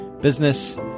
business